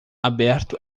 aberto